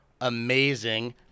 amazing